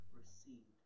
received